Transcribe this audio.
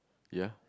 ya